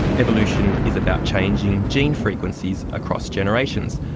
evolution is about changing gene frequencies across generations.